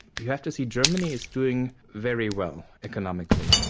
you have to see germany is doing very well economically.